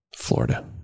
Florida